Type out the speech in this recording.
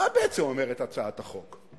מה בעצם אומרת הצעת החוק?